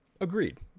Agreed